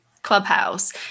clubhouse